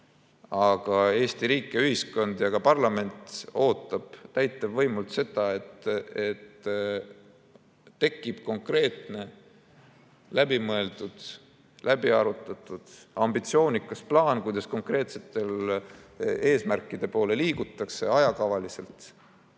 Aga Eesti riik ja ühiskond ja ka parlament ootab täitevvõimult seda, et tekib konkreetne, läbi mõeldud ja läbi arutatud ambitsioonikas plaan, kuidas konkreetsete eesmärkide poole liigutakse ajakavaliselt,